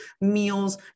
meals